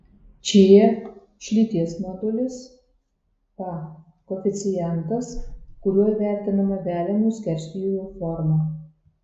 čia šlyties modulis pa koeficientas kuriuo įvertinama veleno skerspjūvio forma